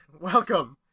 Welcome